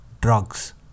drugs